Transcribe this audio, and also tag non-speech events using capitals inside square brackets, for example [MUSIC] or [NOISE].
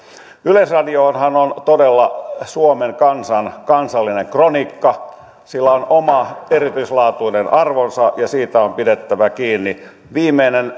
yleisradiohan on todella suomen kansan kansallinen kronikka sillä on oma erityislaatuinen arvonsa ja siitä on pidettävä kiinni viimeinen [UNINTELLIGIBLE]